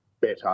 better